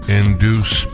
induce